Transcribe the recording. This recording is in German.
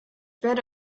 werde